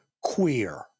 queer